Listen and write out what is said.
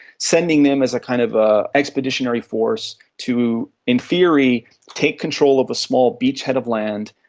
sending them as a kind of ah expeditionary force to in theory take control of a small beachhead of land,